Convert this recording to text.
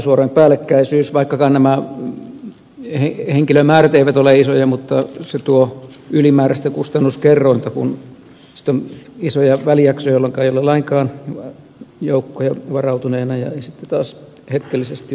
valmiusvuorojen päällekkäisyys vaikkakaan nämä henkilömäärät eivät ole isoja tuo ylimääräistä kustannuskerrointa kun on isoja välijaksoja jolloin ei ole lainkaan joukkoja varautuneena ja sitten taas hetkellisesti on paljon